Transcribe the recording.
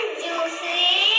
juicy